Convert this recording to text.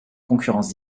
concurrence